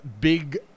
big